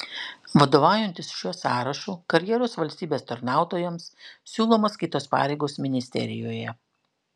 vadovaujantis šiuo sąrašu karjeros valstybės tarnautojams siūlomos kitos pareigos ministerijoje